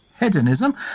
Hedonism